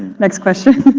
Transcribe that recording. next question.